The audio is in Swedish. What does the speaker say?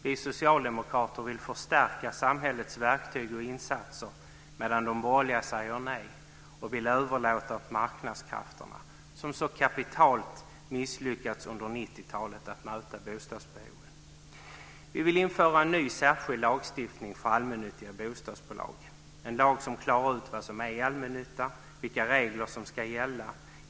Vi socialdemokrater vill förstärka samhällets verktyg och insatser, medan de borgerliga säger nej och vill överlåta detta till marknadskrafterna som så kapitalt misslyckats under 90-talet att möta bostadsbehoven. Vi vill införa en ny särskild lagstiftning för allmännyttiga bostadsbolag, en lag som klarar ut vad som är allmännytta och vilka regler som ska gälla.